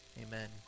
Amen